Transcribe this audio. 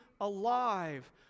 alive